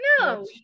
No